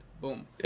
Boom